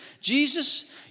Jesus